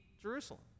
Jerusalem